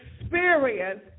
experience